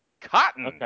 Cotton